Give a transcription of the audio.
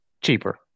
Cheaper